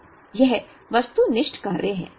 तो यह वस्तुनिष्ठ कार्य है